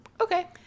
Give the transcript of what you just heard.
okay